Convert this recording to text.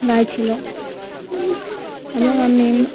গাইছিল এবং আমি